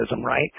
right